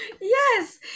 Yes